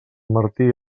martí